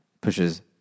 pushes